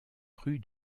rue